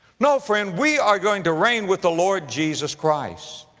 no friend, we are going to reign with the lord jesus christ.